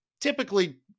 typically